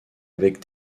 avec